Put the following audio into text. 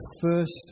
first